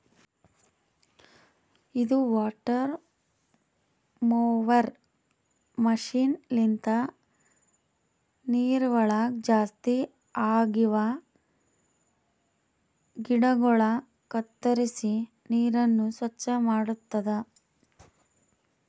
ಇದು water mower machine ಲಿಂತ ನೀರವಳಗ್ ಜಾಸ್ತಿ ಆಗಿವ ಗಿಡಗೊಳ ಕತ್ತುರಿಸಿ ನೀರನ್ನ ಸ್ವಚ್ಚ ಮಾಡ್ತುದ